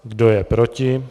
Kdo je proti?